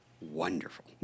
wonderful